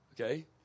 Okay